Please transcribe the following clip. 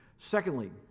secondly